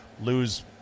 lose